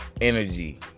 energy